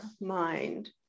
mind